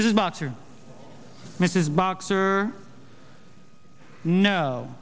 this is not for mrs boxer no